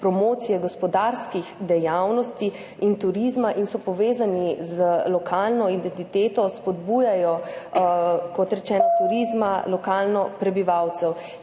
promocije gospodarskih dejavnosti in turizma in so povezani z lokalno identiteto, spodbujajo turizem, lokalno prebivalcev.